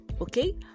okay